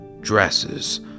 Dresses